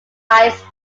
ice